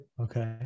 Okay